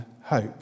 hope